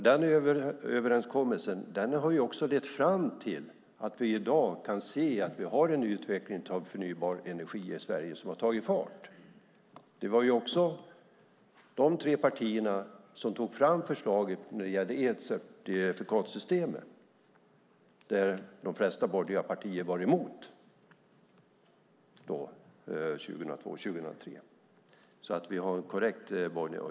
Den överenskommelsen har också lett fram till att vi i dag har en utveckling av förnybar energi i Sverige som har tagit fart. Det var också de tre partierna som tog fram förslaget när det gällde elcertifikatssystemet, där de flesta borgerliga partier 2002 och 2003 var emot.